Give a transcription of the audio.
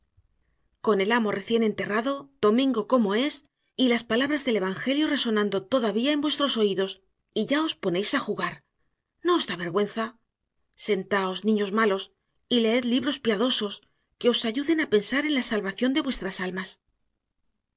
con el amo recién enterrado domingo como es y las palabras del evangelio resonando todavía en vuestros oídos y ya os ponéis a jugar no os da vergüenza sentaos niños malos y leed libros piadosos que os ayuden a pensar en la salvación de vuestras almas